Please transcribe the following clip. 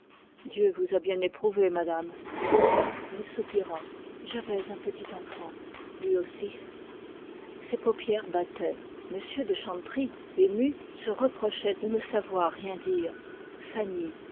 dieu vous a bien éprouvée madame elle soupira j'avais un petit enfant luis aussi m de chanteprie ému se reprochait de ne savoir rien dire fanny